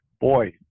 boy